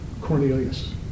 Cornelius